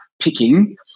picking